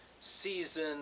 season